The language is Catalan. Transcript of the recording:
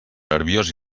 nerviós